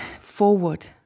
forward